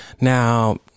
Now